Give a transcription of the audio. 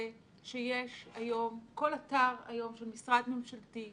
לעשות רדוקציה של הדברים המעניינים